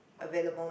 available